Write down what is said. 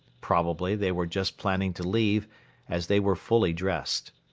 probably they were just planning to leave as they were fully dressed.